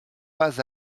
pas